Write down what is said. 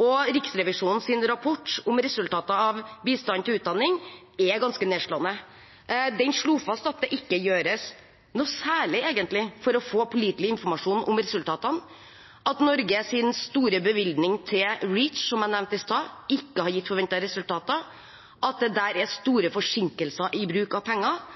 og Riksrevisjonens rapport om resultater av bistand til utdanning er ganske nedslående. Den slo fast at det egentlig ikke gjøres noe særlig for å få pålitelig informasjon om resultatene, at Norges store bevilgning til REACH, som jeg nevnte i stad, ikke har gitt forventede resultater, at det er store forsinkelser i bruk av penger,